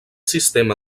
sistema